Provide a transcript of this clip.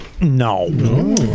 No